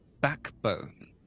backbone